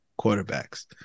quarterbacks